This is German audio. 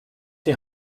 die